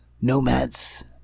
nomads